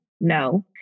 no